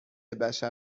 بشر